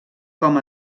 com